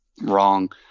wrong